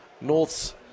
North's